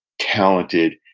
talented,